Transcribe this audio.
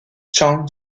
chang